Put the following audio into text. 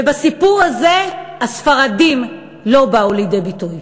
ובסיפור הזה הספרדים לא באו לידי ביטוי.